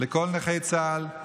לכל נכי צה"ל,